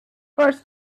first